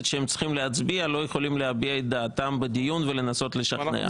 שצריכים להצביע לא יכולים להביע את דעתם בדיון ולנסות לשכנע.